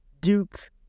Duke